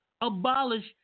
Abolish